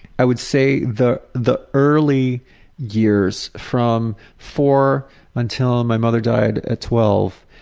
i would say the the early years from four until my mother died at twelve,